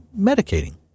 medicating